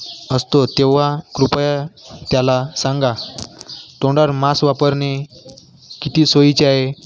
असतो तेव्हा कृपया त्याला सांगा तोंडावर मास्क वापरणे किती सोयीचे आहे